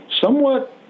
somewhat